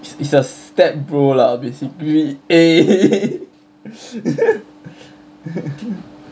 it's a step bro lah basically eh